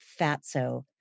fatso